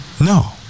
No